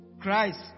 Christ